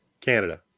Canada